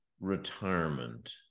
retirement